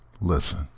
Listen